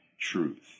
truth